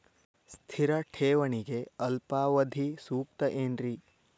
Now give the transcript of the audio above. ಸ್ಥಿರ ಠೇವಣಿಗೆ ಅಲ್ಪಾವಧಿ ಸೂಕ್ತ ಏನ್ರಿ?